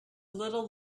little